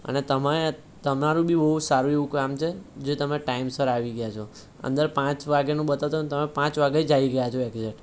અને તમે તમારું બી બઉ સારું કામ છે જે તમે ટાઈમસર આવી ગયા છો અંદર પાંચ વાગ્યાનો બતાવતા હતા તમે પાંચ વાગ્યે જ આવી ગયા છો એકઝેટ